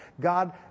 God